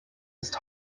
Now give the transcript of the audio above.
ist